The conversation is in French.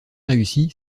réussit